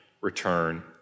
return